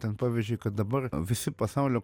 ten pavyzdžiui kad dabar visi pasaulio